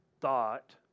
thought